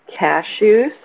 cashews